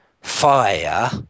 fire